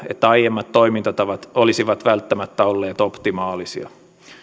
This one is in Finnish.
että aiemmat toimintatavat olisivat välttämättä olleet optimaalisia